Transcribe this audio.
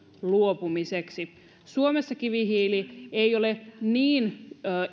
luopumiseksi suomessa kivihiili ei ole niin